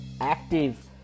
active